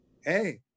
hey